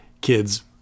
kids